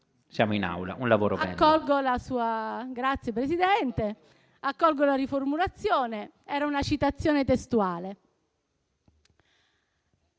Siamo in Aula: un lavoro "bello".